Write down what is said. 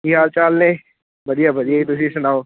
ਕੀ ਹਾਲ ਚਾਲ ਨੇ ਵਧੀਆ ਵਧੀਆ ਜੀ ਤੁਸੀਂ ਸੁਣਾਓ